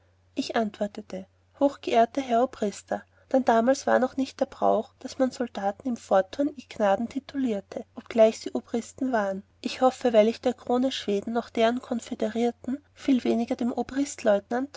ich antwortete hochgeehrter herr obrister dann damals war noch nicht der brauch daß man soldaten von fortun ihr gnaden titulierte obgleich sie obristen waren ich hoffe weil ich der krone schweden noch deren konföderierten viel weniger dem